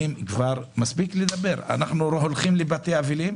מספיק לדבר אנחנו הולכים לבתי אבלים